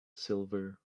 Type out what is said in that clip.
silver